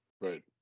Right